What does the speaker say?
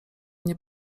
nie